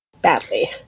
...Badly